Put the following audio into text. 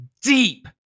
deep